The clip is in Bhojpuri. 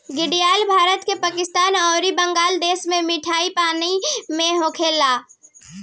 घड़ियाल भारत, पाकिस्तान अउरी बांग्लादेश के मीठा पानी में होले सन